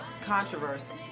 controversy